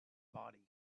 body